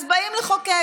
אז באים לחוקק.